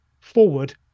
forward